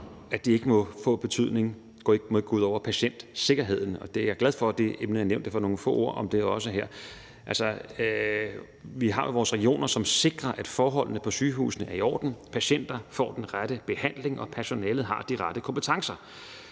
at de ikke må gå ud over patientsikkerheden, at jeg er glad for, at det emne er nævnt, og derfor vil jeg også sige nogle få ord om det her. Altså, vi har jo vores regioner, som sikrer, at forholdene på sygehusene er i orden, at patienterne får den rette behandling, og at personalet har de rette kompetencer,